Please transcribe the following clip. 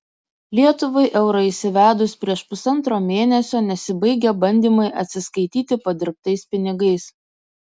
lietuvai eurą įsivedus prieš pusantro mėnesio nesibaigia bandymai atsiskaityti padirbtais pinigais